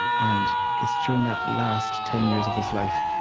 and it's during that last ten years of his life,